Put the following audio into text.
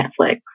Netflix